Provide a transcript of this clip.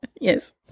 Yes